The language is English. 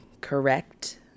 Correct